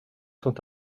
sont